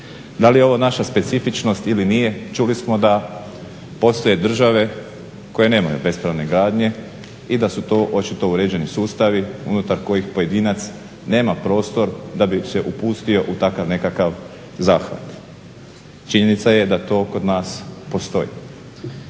Da li je ovo naša specifičnost ili nije, čuli smo da postoje države koje nemaju bespravne gradnje i da su to očito uređeni sustavi unutar kojih pojedinac nema prostor da bi se upustio u takav nekakav zahvat. Činjenica je da to kod nas postoji.